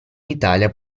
italia